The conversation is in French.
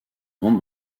grande